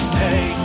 hey